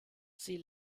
sie